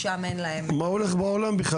מה בכלל הולך בעולם?